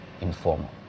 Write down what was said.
informal